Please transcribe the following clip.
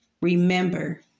Remember